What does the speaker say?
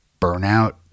burnout